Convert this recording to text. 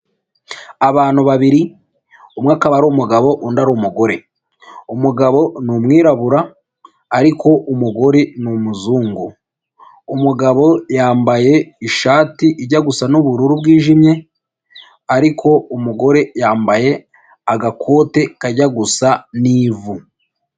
Abantu babiri, umwe akaba ari umugabo undi ari umugore. Umugabo ni umwirabura, ariko umugore ni umuzungu. Umugabo yambaye ishati ijya gusa n'ubururu bwijimye, ariko umugore yambaye agakote kajya gusa n'ivu.